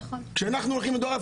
כשאנחנו הולכים לדור א',